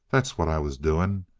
that's what i was doing.